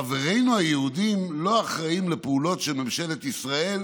חברינו היהודים לא אחראים לפעולות של ממשלת ישראל